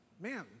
Man